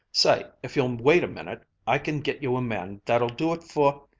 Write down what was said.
say, if you'll wait a minute, i can get you a man that'll do it for